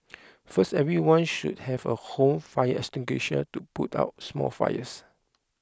first everyone should have a home fire extinguisher to put out small fires